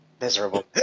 Miserable